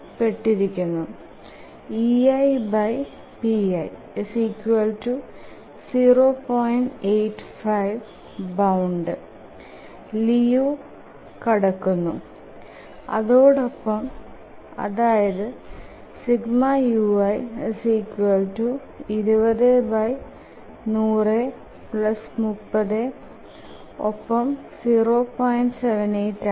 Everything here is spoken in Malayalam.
78 ആണ് ഇതു ലിയു ലെയ്ലാൻഡ് ബൌണ്ട് കടക്കുന്നു അതായത് ഇതു ലിയു ലെയ്ലാൻഡ് ടെസ്റ്റിൽ പരാചയപെടുന്നു